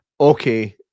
okay